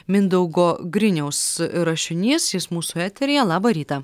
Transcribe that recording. mindaugo griniaus rašinys jis mūsų eteryje labą rytą